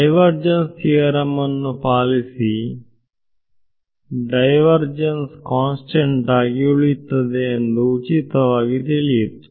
driver gents theorem ಅನ್ನು ಪಾಲಿಸಿ divergence constant ಆಗಿ ಉಳಿಯುತ್ತದೆ ಎಂದು ಉಚಿತವಾಗಿ ತಿಳಿಯಿತು